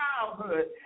childhood